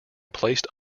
placed